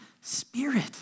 spirit